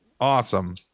awesome